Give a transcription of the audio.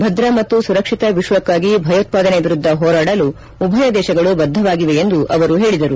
ಭದ್ರ ಮತ್ತು ಸುರಕ್ಷಿತ ವಿಶ್ವಕ್ಕಾಗಿ ಭಯೋತ್ವಾದನೆ ವಿರುದ್ದ ಹೋರಾಡಲು ಉಭಯ ದೇಶಗಳು ಬದ್ದವಾಗಿವೆ ಎಂದು ಅವರು ಹೇಳಿದರು